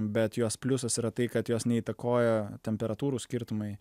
bet jos pliusas yra tai kad jos neįtakoja temperatūrų skirtumai